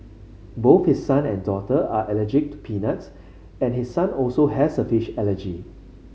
both his son and daughter are allergic to peanuts and his son also has a fish allergy